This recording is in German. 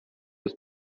ist